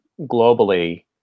globally